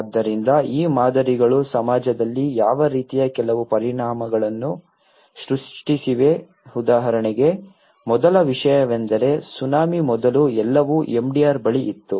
ಆದ್ದರಿಂದ ಈ ಮಾದರಿಗಳು ಸಮಾಜದಲ್ಲಿ ಯಾವ ರೀತಿಯ ಕೆಲವು ಪರಿಣಾಮಗಳನ್ನು ಸೃಷ್ಟಿಸಿವೆ ಉದಾಹರಣೆಗೆ ಮೊದಲ ವಿಷಯವೆಂದರೆ ಸುನಾಮಿ ಮೊದಲು ಎಲ್ಲವೂ MDR ಬಳಿ ಇತ್ತು